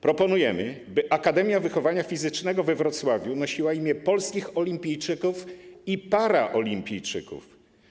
Proponujemy, by Akademia Wychowania Fizycznego we Wrocławiu nosiła imię polskich olimpijczyków i paraolimpijczyków.